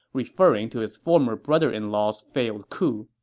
referring to his former brother-in-law's failed coup.